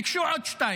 ביקשו עוד שתיים.